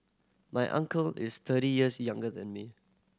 my uncle is thirty years younger than me